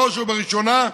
בראש ובראשונה,